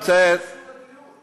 אדוני, מה זה קשור לדיון?